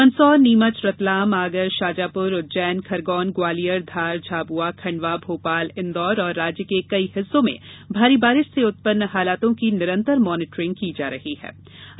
मंदसौर नीमच रतलाम आगर शाजापुर उज्जैन खरगौन ग्वालियर धारझाबुआ खंडवा भोपाल इंदौर और राज्य के कई हिस्सों में भारी बारिश से उत्पन्न हालातों की निरंतर मॉनीटरिंग कर रहा हूं